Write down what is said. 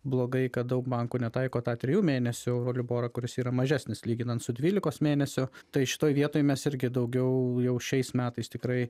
blogai kad daug bankų netaiko tą trijų mėnesių euriborą kuris yra mažesnis lyginant su dvylikos mėnesiu tai šitoj vietoj mes irgi daugiau jau šiais metais tikrai